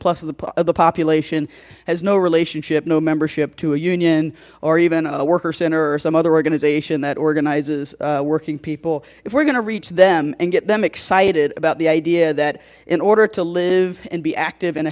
plus of the part of the population has no relationship no membership to a union or even a worker center or some other organization that organizes working people if we're going to reach them and get them excited about the idea that in order to live and be active in a